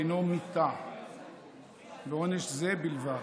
דינו מיתה ועונש זה בלבד,